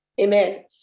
amen